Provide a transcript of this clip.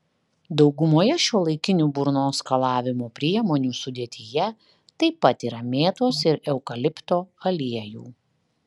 daugumoje šiuolaikinių burnos skalavimo priemonių sudėtyje taip pat yra mėtos ir eukalipto aliejų